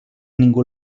ningú